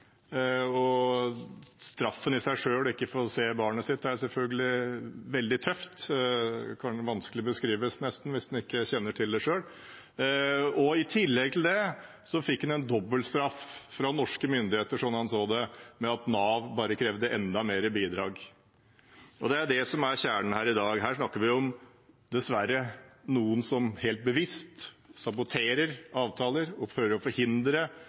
Straffen med ikke å få se barnet sitt er selvfølgelig veldig tøff i seg selv, det kan vanskelig beskrives hvis en ikke kjenner til det selv, og i tillegg fikk han en dobbeltstraff fra norske myndigheter, sånn han så det, ved at Nav bare krevde enda mer bidrag. Det er det som er kjernen her i dag. Her snakker vi om noen som dessverre helt bevisst saboterer avtaler og prøver å